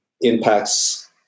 impacts